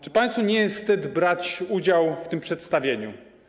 Czy państwu nie jest wstyd brać udział w tym przedstawieniu?